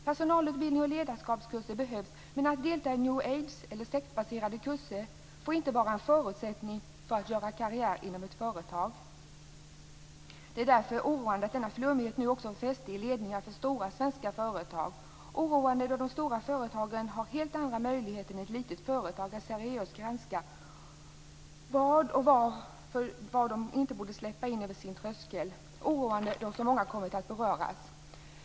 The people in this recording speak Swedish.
Personalutbildning och ledarskapskurser behövs men att delta i New Age eller sektbaserade kurser får inte vara en förutsättning för att göra karriär inom ett företag. Det är därför oroande att denna flummighet nu även fått fäste i ledningar för stora svenska företag. Det är oroande då de stora företagen har helt andra möjligheter än ett litet företag att seriöst granska vad de borde och inte borde släppa in över sin tröskel. Det är oroande att så många har kommit att beröras.